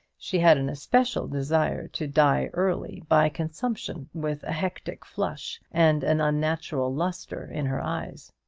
she had an especial desire to die early, by consumption, with a hectic flush and an unnatural lustre in her eyes.